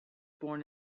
born